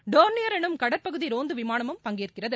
Dornier எனும் கடற்பகுதி ரோந்து விமானமும் பங்கேற்கிறது